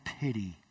pity